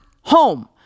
home